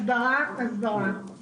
הסברה, הסברה.